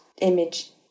image